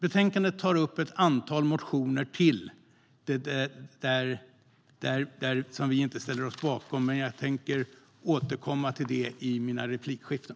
Betänkandet tar upp ett antal motioner till som vi inte ställer oss bakom, men jag återkommer till det i mina replikskiften.